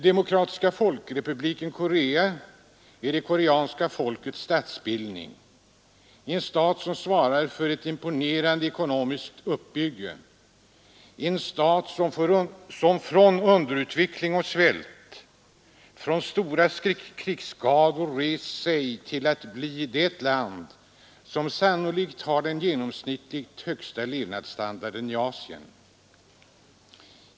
Demokratiska folkrepubliken Korea är det koreanska folkets statsbildning — en stat som svarat för en imponerande ekonomisk uppbyggnad, en stat som från underutveckling och svält, från svåra krigsskador rest sig till att bli det land som sannolikt har den genomsnittligt högsta levnadsstandarden i Asien.